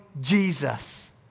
Jesus